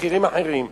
בכירים אחרים.